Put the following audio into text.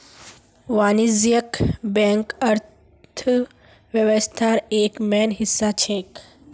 वाणिज्यिक बैंक अर्थव्यवस्थार एक मेन हिस्सा छेक